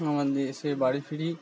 ওখান দিয়ে এসে বাড়ি ফিরি